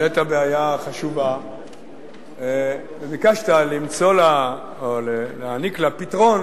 בעיה חשובה וביקשת למצוא לה או להעניק לה פתרון